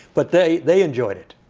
but they they enjoyed it.